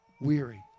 weary